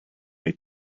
may